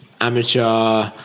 amateur